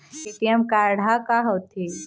ATM card हा का होते?